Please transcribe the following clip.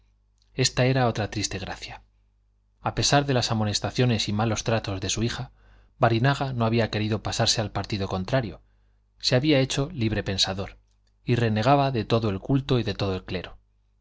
esta era otra triste gracia a pesar de las amonestaciones y malos tratos de su hija barinaga no había querido pasarse al partido contrario se había hecho libre-pensador y renegaba de todo el culto y de todo el clero